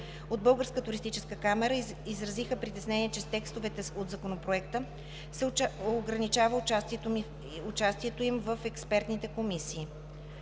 От Българска туристическа камара изразиха притеснение, че с текстове от Законопроекта се ограничава участието им в експертните комисии.